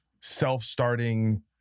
self-starting